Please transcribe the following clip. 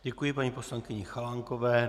Děkuji paní poslankyni Chalánkové.